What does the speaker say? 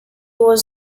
was